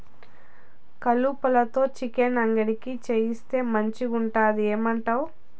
కలుపతో చికెన్ అంగడి చేయిస్తే మంచిగుంటది ఏమంటావు